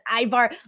Ivar